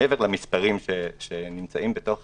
מעבר למספרים שנמצאים בתוך